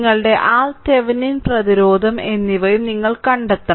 നിങ്ങളുടെ RThevenin Thevenin പ്രതിരോധം എന്നിവയും നിങ്ങൾ കണ്ടെത്തണം